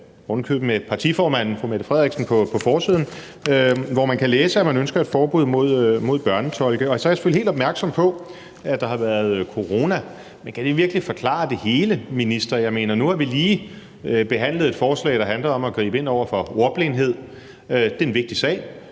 ovenikøbet med partiformanden, fru Mette Frederiksen, på forsiden, hvori man kan læse, at man ønsker et forbud mod børnetolke. Og så er jeg selvfølgelig helt opmærksom på, at der har været corona, men kan det virkelig forklare det hele, minister? Jeg mener, at nu har vi lige behandlet et forslag, der handler om at gribe ind over for ordblindhed, det er en vigtig sag,